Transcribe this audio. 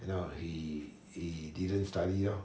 you know he he didn't study lor